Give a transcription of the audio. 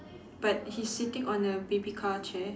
but he's sitting on a baby car chair